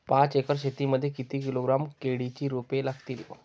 पाच एकर शेती मध्ये किती किलोग्रॅम केळीची रोपे लागतील?